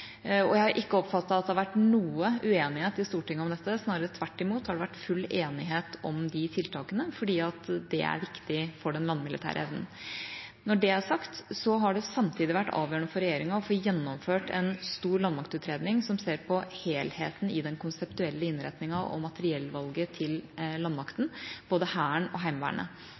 nord. Jeg har ikke oppfattet at det har vært noen uenighet i Stortinget om dette, snarere tvert imot har det vært full enighet om de tiltakene fordi de er viktige for den landmilitære evnen. Når det er sagt, har det samtidig vært avgjørende for regjeringa å få gjennomført en stor landmaktutredning som ser på helheten i den konseptuelle innretningen og materiellvalget til landmakten, både Hæren og Heimevernet.